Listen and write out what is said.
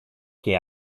che